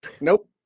nope